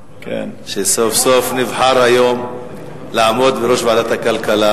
שסוף-סוף נבחר היום לעמוד בראש ועדת הכלכלה.